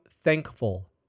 thankful